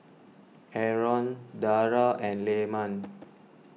Aaron Dara and Leman